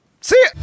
see